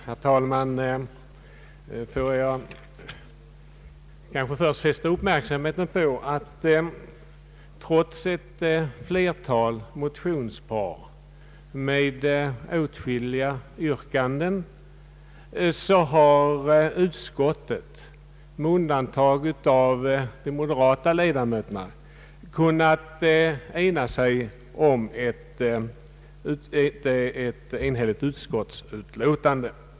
Herr talman! Låt mig först fästa uppmärksamheten på att trots ett flertal motionspar med åtskilliga yrkanden har utskottet — med undantag av de moderata — kunnat ena sig om ett enhälligt utskottsutlåtande.